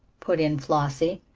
put in flossie.